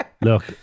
Look